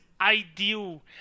ideal